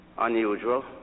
Unusual